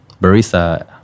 barista